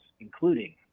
including